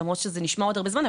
למרות שזה נשמע עוד הרבה זמן,